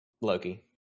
Loki